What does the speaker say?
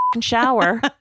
shower